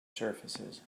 surfaces